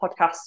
podcasts